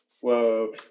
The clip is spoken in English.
Whoa